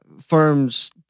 firms